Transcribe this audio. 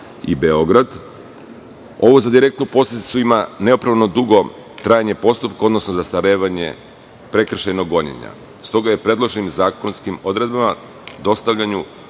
i Beograd, a ovo za direktnu posledicu ima nepravilno dugo trajanje postupka, odnosno zastarevanje prekršajnog gonjenja, stoga je predloženim zakonskim odredbama posvećena